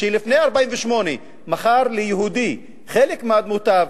מכר לפני 1948 ליהודי חלק מאדמותיו,